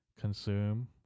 consume